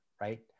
right